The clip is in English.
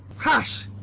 hush!